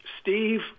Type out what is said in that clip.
Steve